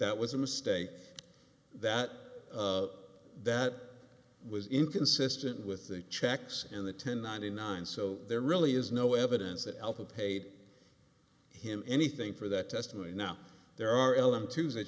that was a mistake that that was inconsistent with the checks and the ten ninety nine so there really is no evidence that alpha paid him anything for that testimony and now there are l m two that